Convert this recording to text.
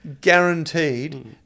guaranteed